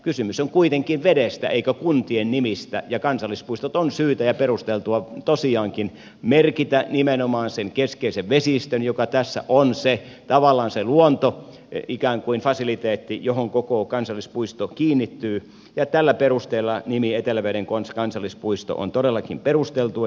kysymys on kuitenkin vedestä eikä kuntien nimistä ja kansallispuistot on syytä ja perusteltua tosiaankin merkitä nimenomaan sen keskeisen vesistön perusteella joka tässä on tavallaan se luonto ikään kuin fasiliteetti johon koko kansallispuisto kiinnittyy ja tällä perusteella nimi etelä konneveden kansallispuisto on todellakin perusteltu